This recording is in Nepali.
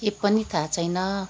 के पनि थाहा छैन